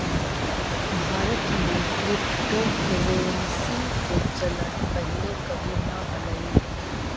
भारत में क्रिप्टोकरेंसी के चलन पहिले कभी न हलई